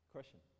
Question